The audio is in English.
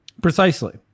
Precisely